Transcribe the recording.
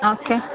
okay